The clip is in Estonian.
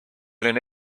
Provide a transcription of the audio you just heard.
olin